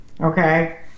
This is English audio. Okay